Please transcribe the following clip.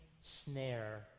snare